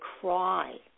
cry